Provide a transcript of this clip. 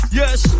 yes